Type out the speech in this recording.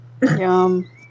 Yum